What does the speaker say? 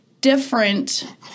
different